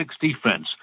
defense